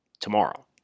tomorrow